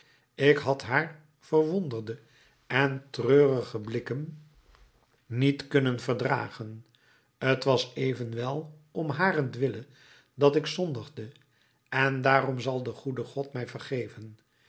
ik had haar verwonderde en treurige blikken niet kunnen verdragen t was evenwel om harentwille dat ik zondigde en daarom zal de goede god mij vergeven